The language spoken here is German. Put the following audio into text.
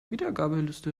wiedergabeliste